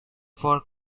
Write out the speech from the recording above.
for